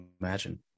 imagine